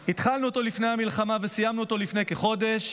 התחלנו אותו לפני המלחמה וסיימנו אותו לפני כחודש,